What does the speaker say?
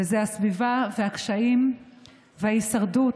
וזה הסביבה והקשיים וההישרדות